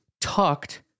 tucked